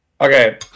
Okay